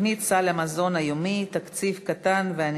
מסקנות הוועדה לקידום מעמד האישה ולשוויון מגדרי בעקבות